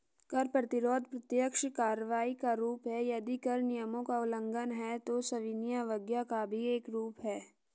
कर प्रतिरोध प्रत्यक्ष कार्रवाई का रूप है, यदि कर नियमों का उल्लंघन है, तो सविनय अवज्ञा का भी एक रूप है